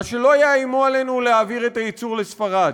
אז שלא יאיימו עלינו להעביר את הייצור לספרד.